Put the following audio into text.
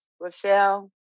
Rochelle